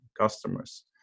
customers